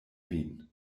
vin